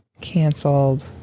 Canceled